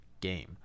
game